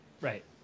Right